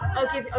okay